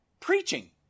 Preaching